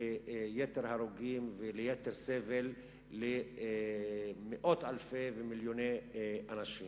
ליתר הרוגים וליתר סבל למאות אלפי ולמיליוני אנשים.